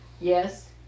Yes